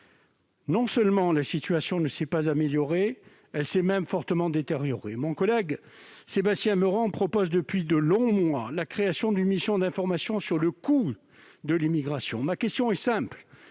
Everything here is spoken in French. Non seulement la situation ne s'est pas améliorée, mais elle s'est fortement détériorée. Mon collègue Sébastien Meurant propose depuis de longs mois la création d'une mission d'information sur le coût de l'immigration. Ma question est simple,